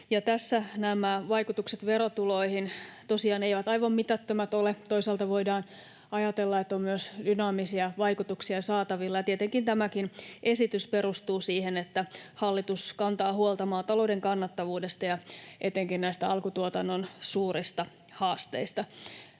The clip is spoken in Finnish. Tässä nämä vaikutukset verotuloihin tosiaan eivät aivan mitättömät ole. Toisaalta voidaan ajatella, että on myös dynaamisia vaikutuksia saatavilla, ja tietenkin tämäkin esitys perustuu siihen, että hallitus kantaa huolta maatalouden kannattavuudesta ja etenkin näistä alkutuotannon suurista haasteista.